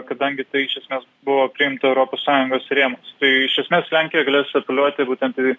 kadangi tai iš esmės buvo priimta europos sąjungos rėmuose tai iš esmės lenkija galės apeliuoti būtent į